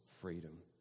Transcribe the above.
freedom